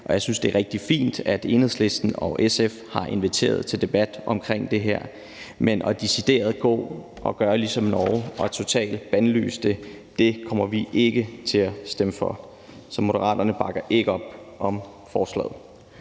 og jeg synes, det er rigtig fint, at Enhedslisten og SF har inviteret til debat om det her. Men decideret at gøre ligesom Norge og totalt bandlyse det kommer vi ikke til at stemme for. Så Moderaterne bakker ikke op om forslaget.